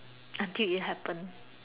until it happen